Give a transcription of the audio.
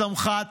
הסמח"ט,